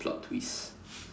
it's a plot twist